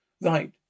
Right